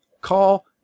Call